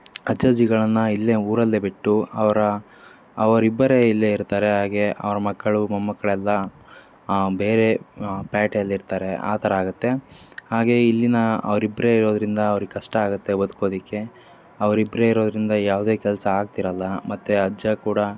ಅಜ್ಜ ಅಜ್ಜಿಗಳನ್ನು ಇಲ್ಲೇ ಊರಲ್ಲೇ ಬಿಟ್ಟು ಅವ್ರು ಅವರಿಬ್ಬರೇ ಇಲ್ಲೇ ಇರ್ತಾರೆ ಹಾಗೇ ಅವ್ರ ಮಕ್ಕಳು ಮೊಮ್ಮಕ್ಕಳೆಲ್ಲ ಬೇರೆ ಪೇಟೆಯಲ್ಲಿರ್ತಾರೆ ಆ ಥರ ಆಗುತ್ತೆ ಹಾಗೇ ಇಲ್ಲಿನ ಅವರಿಬ್ರೆ ಇರೋದರಿಂದ ಅವ್ರಿಗೆ ಕಷ್ಟ ಆಗುತ್ತೆ ಬದ್ಕೋದಕ್ಕೆ ಅವರಿಬ್ರೆ ಇರೋದ್ರಿಂದ ಯಾವುದೇ ಕೆಲಸ ಆಗ್ತಿರೋಲ್ಲ ಮತ್ತು ಅಜ್ಜ ಕೂಡ